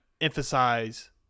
emphasize